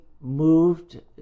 moved